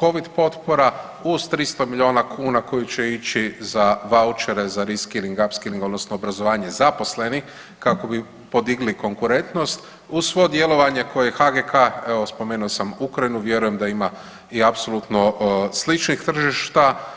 Covid potpora, uz 300 milijuna kuna koji će ići za vaučere za Reskilling, Upskilling odnosno obrazovanje zaposlenih, kako bi podigli konkurentnost, uz svo djelovanje koje HGK, evo, spomenuo sam Ukrajinu, vjerujem da ima i apsolutno sličnih tržišta.